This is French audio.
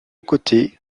côté